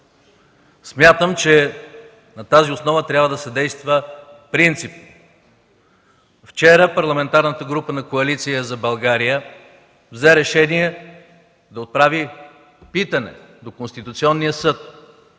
Смятам, че на тази основа трябва да се действа принципно. Вчера Парламентарната група на Коалиция за България взе решение да отправи питане до Конституционния съд,